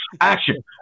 Action